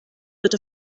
vote